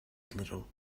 little